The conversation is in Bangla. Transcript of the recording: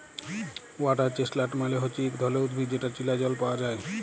ওয়াটার চেস্টলাট মালে হচ্যে ইক ধরণের উদ্ভিদ যেটা চীলা জল পায়া যায়